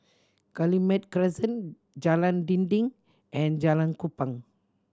Guillemard Crescent Jalan Dinding and Jalan Kupang